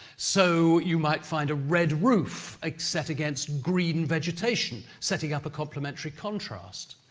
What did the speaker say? so, you might find a red roof ah set against green vegetation, setting up a complementary contrast.